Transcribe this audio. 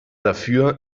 dafür